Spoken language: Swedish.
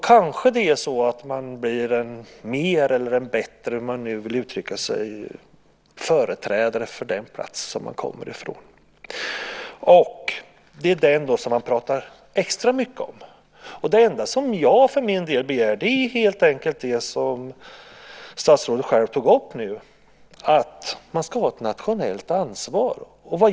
Kanske blir man då mer, eller en bättre - hur man nu vill uttrycka sig - företrädare för den plats som man kommer från. Det är då den som man pratar extra mycket om. Det enda som jag för min del begär är helt enkelt det som statsrådet själv tog upp: att man ska ha ett nationellt ansvar.